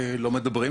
אין שיח,